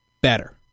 better